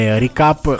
recap